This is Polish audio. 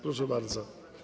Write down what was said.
Proszę bardzo.